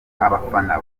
abafana